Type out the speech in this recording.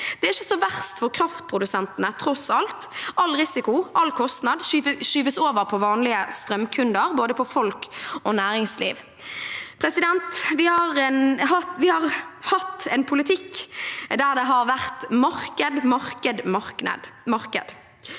Det er ikke så verst for kraftprodusentene, tross alt. All risiko, all kostnad skyves over på vanlige strømkunder, på både folk og næringsliv. Vi har hatt en politikk der det har vært marked, marked, marked.